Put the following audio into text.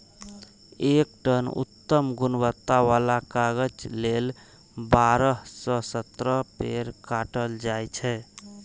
एक टन उत्तम गुणवत्ता बला कागज लेल बारह सं सत्रह पेड़ काटल जाइ छै